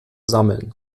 sammeln